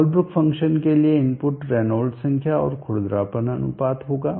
Colebrook function के लिए input Reynolds संख्या और खुरदरापन अनुपात होगा